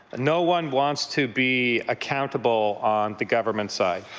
no one wants to be accountable on the government side.